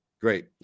Great